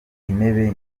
intebe